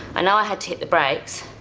i know i had to hit the brakes.